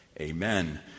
amen